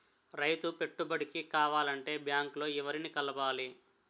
రైతు పెట్టుబడికి కావాలంటే బ్యాంక్ లో ఎవరిని కలవాలి?